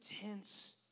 intense